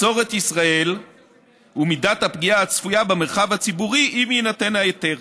מסורת ישראל ומידת הפגיעה הצפויה במרחב הציבורי אם יינתן ההיתר.